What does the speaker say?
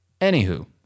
Anywho